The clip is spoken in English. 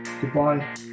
Goodbye